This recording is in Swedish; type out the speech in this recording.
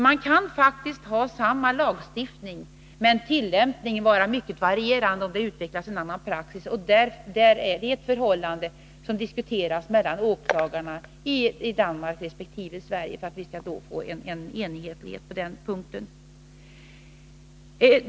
Man kan faktiskt ha samma lagstiftning medan praxis kan utvecklas olika. Det är ett förhållande som diskuteras mellan riksåklagarna i Norden för att vi skall få enhetlighet på den punkten.